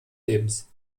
lebens